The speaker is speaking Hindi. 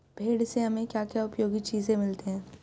भेड़ से हमें क्या क्या उपयोगी चीजें मिलती हैं?